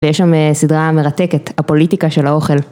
ויש שם סדרה מרתקת, הפוליטיקה של האוכל.